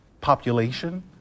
population